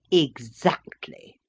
exactly.